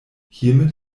hiermit